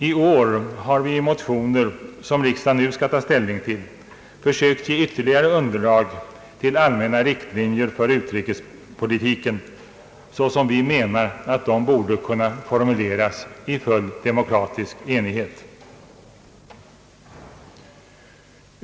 I år har vi i motioner, som riksdagen nu skall ta ställning till, försökt ge ytterligare underlag till allmänna riktlinjer för utrikespolitiken så som vi menar att de borde kunna formuleras i full demokratisk enighet.